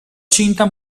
cinta